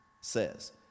says